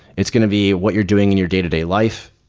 it's going to be what you're doing in your day-to-day life.